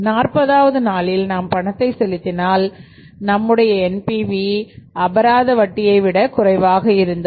நாற்பதாவது நாளில் நாம் பணத்தை செலுத்தினால் நம்முடைய எம்பிவி அபராத வட்டியை விட குறைவாக இருந்தது